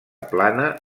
plana